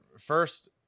first